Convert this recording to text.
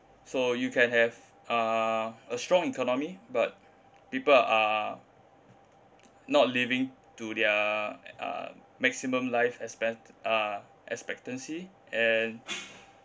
so you can have uh a strong economy but people are not living to their uh maximum life expen~ uh expectancy and